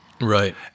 Right